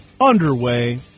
underway